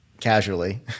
casually